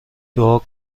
دعا